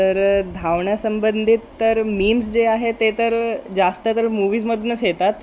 तर धावण्यासंबंधित तर मीम्स जे आहे ते तर जास्त तर मूव्हीजमधूनच येतात